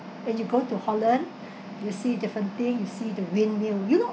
and you go to holland you see different thing you see the windmill you know